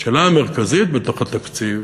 השאלה המרכזית בתוך התקציב